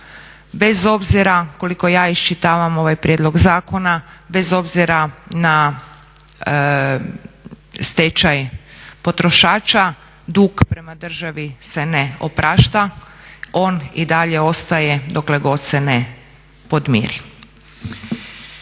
Bez obzira koliko ja iščitavam ovaj prijedlog zakona, bez obzira na stečaj potrošača dug prema državi se ne oprašta, on i dalje ostaje dokle god se ne podmiri.